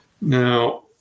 Now